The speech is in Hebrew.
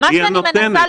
היא הנותנת.